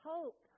Hope